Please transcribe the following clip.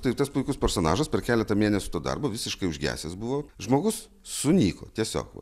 tai tas puikus personažas per keletą mėnesių to darbo visiškai užgesęs buvo žmogus sunyko tiesiog va